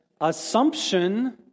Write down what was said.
Assumption